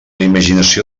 imaginació